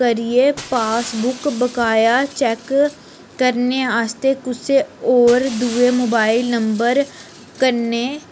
करियै पासबुक बकाया चैक करने आस्तै कुसै होर दुए मोबाइल नम्बर कन्नै